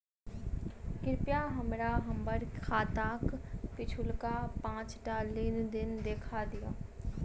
कृपया हमरा हम्मर खाताक पिछुलका पाँचटा लेन देन देखा दियऽ